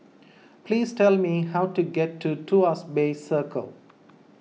please tell me how to get to Tuas Bay Circle